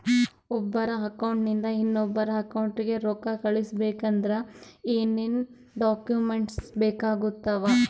ಒಬ್ಬರ ಅಕೌಂಟ್ ಇಂದ ಇನ್ನೊಬ್ಬರ ಅಕೌಂಟಿಗೆ ರೊಕ್ಕ ಕಳಿಸಬೇಕಾದ್ರೆ ಏನೇನ್ ಡಾಕ್ಯೂಮೆಂಟ್ಸ್ ಬೇಕಾಗುತ್ತಾವ?